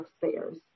taxpayers